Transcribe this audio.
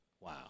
Wow